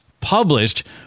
published